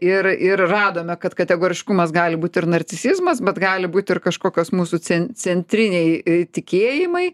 ir ir radome kad kategoriškumas gali būti ir narcisizmas bet gali būt ir kažkokios mūsų centrinėje tikėjimai